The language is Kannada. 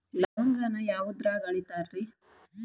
ಲವಂಗಾನ ಯಾವುದ್ರಾಗ ಅಳಿತಾರ್ ರೇ?